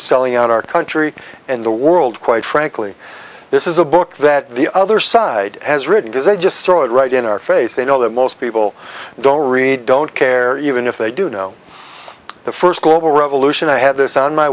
selling out our country and the world quite frankly this is a book that the other side has written does i just saw it right in our face they know that most people don't read don't care even if they do know the first global revolution i had this on my